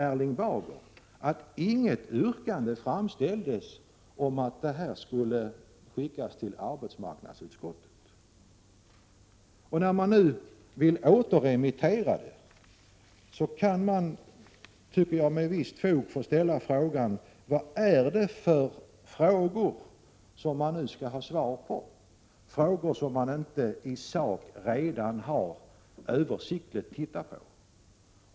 Erling Bager, att inget yrkande framställts om att ärendet skulle skickas till arbetsmarknadsutskottet. När man nu vill återremittera det, tycker jag att det finns fog för att ställa frågan: Vad är det för frågor som man nu skall ha svar på, frågor som utskottet inte i sak redan har översiktligt tittat på?